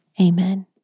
Amen